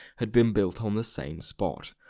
had been built on the same spot,